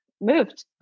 moved